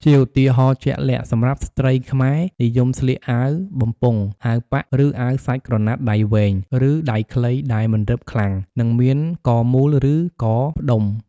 ជាឧទាហរណ៍ជាក់លាក់ សម្រាប់ស្ត្រីខ្មែរ និយមស្លៀកអាវបំពង់ អាវប៉ាក់ ឬអាវសាច់ក្រណាត់ដៃវែង ឬដៃខ្លីដែលមិនរឹបខ្លាំង និងមានកមូល ឬកផ្ដុំ។